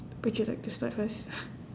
would you like to start first